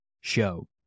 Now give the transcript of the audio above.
show